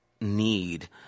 need